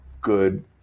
good